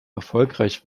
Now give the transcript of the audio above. erfolgreich